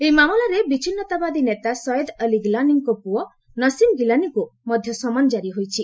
ଏହି ମାମଲାରେ ବିଚ୍ଛିନ୍ତାବାଦୀ ନେତା ସୟଦ୍ ଅଲ୍ଲି ଗିଲାନଙ୍କ ପୁଅ ନସିମ୍ ଗିଲାନୀଙ୍କୁ ମଧ୍ୟ ସମନ ଜାରି ହୋଇଛି